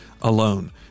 alone